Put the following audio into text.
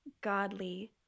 godly